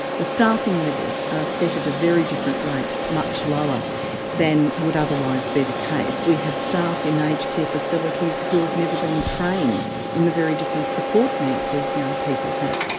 the staffing levels are set at a very different rate, much lower than would otherwise be the case. we have staff in aged care facilities who have never been trained in the very different support needs these young people have.